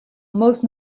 most